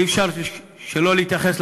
אי-אפשר שלא להתייחס,